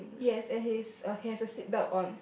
yes and he's okay is the seat belt on